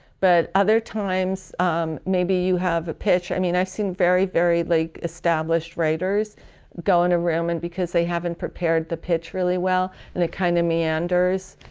but other times maybe you have a pitch, i mean i've seen very, very like established writers go in a room and because they haven't prepared the pitch really well and it kind of meanders